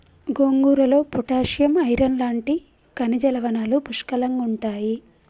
గోంగూరలో potassium, iron లాంటి ఖనిజ లవణాలు పుష్కలంగుంటాయి